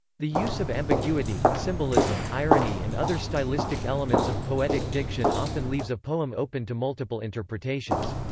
the use of ambiguity, symbolism, irony and other stylistic elements of poetic diction often leaves a poem open to multiple interpretations.